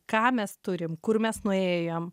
ką mes turim kur mes nuėjom